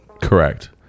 Correct